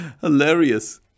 Hilarious